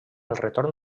retorn